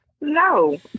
No